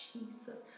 Jesus